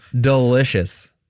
delicious